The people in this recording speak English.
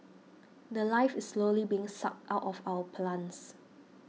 the Life is slowly being sucked out of our plants